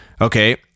Okay